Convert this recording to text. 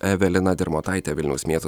evelina dirmotaitė vilniaus miesto